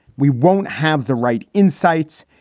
we won't have the right insights.